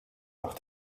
noch